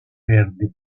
verdi